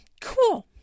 Cool